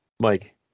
Mike